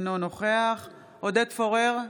אינו נוכח עודד פורר,